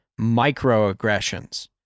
microaggressions